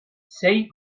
sei